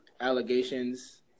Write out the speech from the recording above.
allegations